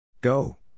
Go